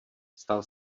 stal